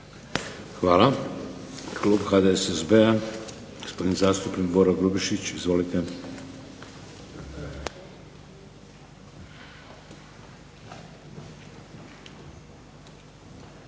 Hvala. Klub HDSSB-a, gospodin zastupnik Boro Grubišić. Izvolite.